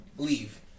Leave